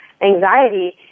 anxiety